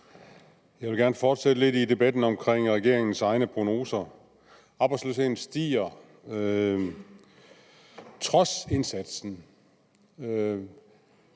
Jeg vil gerne fortsætte lidt med debatten om regeringens egne prognoser. Arbejdsløsheden stiger trods indsatsen.